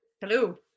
Hello